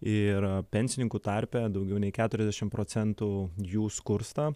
ir pensininkų tarpe daugiau nei keturiasdešim procentų jų skursta